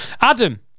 Adam